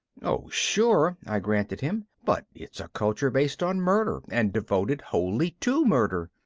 oh sure, i granted him, but it's a culture based on murder and devoted wholly to murder.